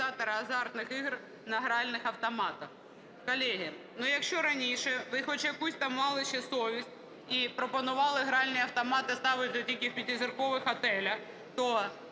азартних ігор на гральних автоматах". Колеги, якщо раніше ви хоч якусь там мали ще совість і пропонували гральні автомати ставити тільки в 5-зіркових готелях, то